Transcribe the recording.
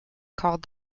called